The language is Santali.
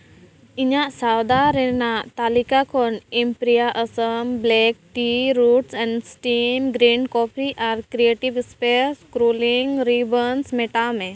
ᱤᱧᱟᱹᱜ ᱥᱚᱣᱫᱟ ᱨᱮᱱᱟᱜ ᱛᱟᱹᱞᱤᱠᱟ ᱠᱷᱚᱱ ᱮᱢ ᱨᱮᱭᱟᱜ Assam black tea fruits and steam green coffee ᱟᱨ ᱠᱨᱤᱭᱮᱴᱤᱵᱽ ᱥᱯᱮᱭᱟᱥ ᱠᱨᱚᱞᱤᱝ ᱨᱤᱵᱷᱟᱞᱥ ᱢᱮᱴᱟᱣ ᱢᱮ